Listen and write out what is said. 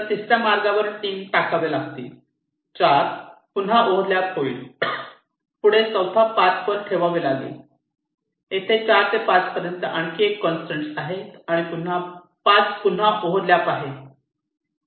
तर तिसर्या मार्गावर 3 टाकावे लागतील 4 पुन्हा ओव्हर लॅप होईल पुढे चौथ्या पाथ वर ठेवावे लागेल येथे4 ते 5 पर्यंत आणखी एक कंसट्रेन आहे आणि 5 पुन्हा ओव्हर लॅप आहे